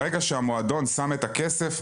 ברגע שהמועדון שם את הסף,